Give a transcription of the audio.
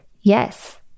yes